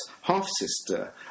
half-sister